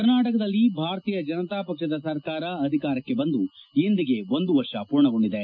ಕರ್ನಾಟಕದಲ್ಲಿ ಭಾರತೀಯ ಜನತಾ ಪಕ್ಷದ ಸರ್ಕಾರ ಅಧಿಕಾರಕ್ಕೆ ಬಂದು ಇಂದಿಗೆ ಒಂದು ವರ್ಷ ಪೂರ್ಣಗೊಂಡಿದೆ